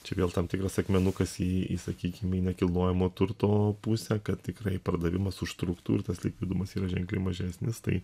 čia vėl tam tikras akmenukas į į sakykim nekilnojamo turto pusę kad tikrai pardavimas užtruktų ir tas likvidumas yra ženkliai mažesnis tai